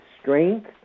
strength